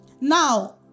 Now